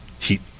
Heat